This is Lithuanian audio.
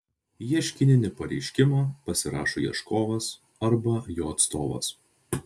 ieškininį pareiškimą pasirašo ieškovas arba jo atstovas